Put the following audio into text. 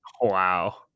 Wow